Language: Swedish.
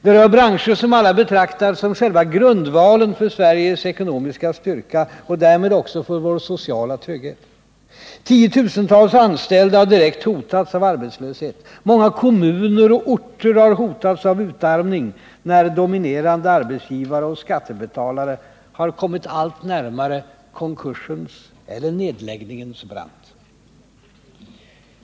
Det rör branscher som alla betraktats som själva grundvalen för Sveriges ekonomiska styrka och därmed också för vår sociala trygghet. Tiotusentals anställda har direkt hotats av arbetslöshet. Många kommuner och orter har hotats av utarmning när dominerande arbetsgivare och skattebetalare har kommit allt närmare konkursens eller nedläggningens brant.